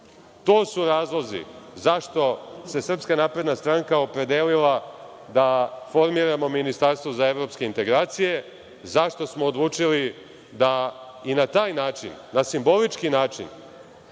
To su razlozi zašto se SNS opredelila da formira ministarstvo za evropske integracije, zašto smo odlučili da na taj način, na simbolički način,